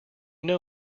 know